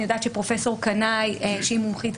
אני יודעת שפרופסור קנאי, שהיא מומחית